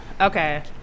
Okay